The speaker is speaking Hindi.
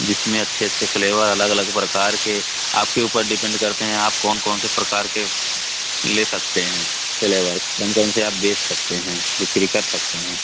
जिसमें अच्छे अच्छे फ्लेवर अलग अलग प्रकार के आपके ऊपर डिपेन्ड करता है आप कौन कौन से प्रकार का ले सकते हैं फ्लेवर कौन कौन से आप बेच सकते हैं बिक्री कर सकते हैं